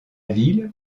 ville